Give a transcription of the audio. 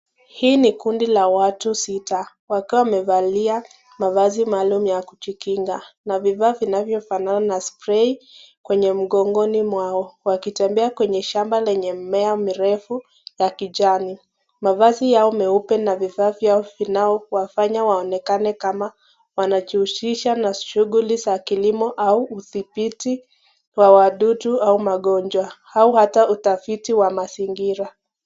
Hii Ni kundi la watu sita, wakiwa wamevalia mavazi maalum ya kujikinga ,na vifaaa vinavyo fanana na spray kwenye mgongoni mwao ,wakitembea kwenye shamba lenye mimea mirefu ya kijani ,mavasi meupe na vifaa vyao vina wafanya waonekane kama Wanajihusisha na shughuli za Kilimo, au udhibiti wa wadudu au magonjwa au hata utafiti Wa mazingira.